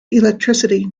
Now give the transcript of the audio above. electricity